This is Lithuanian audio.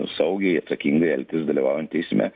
saugiai atsakingai elgtis dalyvaujant eisme